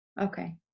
Okay